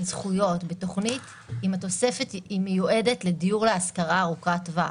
זכויות בתוכנית עם התוספת היא מיועדת לדיור להשכרה ארוכת טווח,